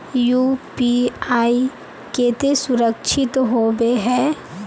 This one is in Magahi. यु.पी.आई केते सुरक्षित होबे है?